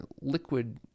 liquid